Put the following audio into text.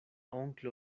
onklo